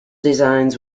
designs